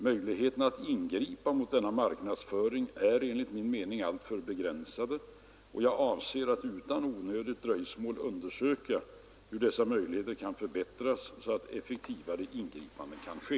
Möjligheterna att ingripa mot denna marknadsföring är enligt min mening alltför begränsade, och jag avser att utan onödigt dröjsmål undersöka hur dessa möjligheter kan förbättras så att effektivare ingripanden kan ske.